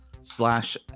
slash